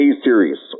A-series